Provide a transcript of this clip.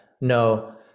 no